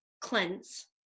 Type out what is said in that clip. cleanse